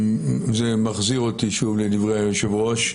זה מחזיר אותי שוב לדברי היושב-ראש,